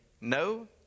no